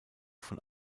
von